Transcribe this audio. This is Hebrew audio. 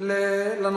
זה